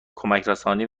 کمکرسانی